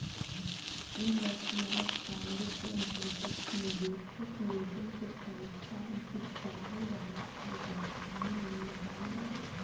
investment fund के अंतर्गत निवेशक लोगन से पइसा जुटावल जाला आउर बाजार में लगावल जाला